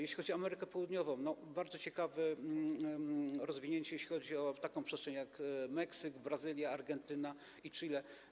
Jeśli chodzi o Amerykę Południową, to mamy bardzo ciekawe rozwinięcie, jeśli chodzi o taką przestrzeń, jak Meksyk, Brazylia, Argentyna i Chile.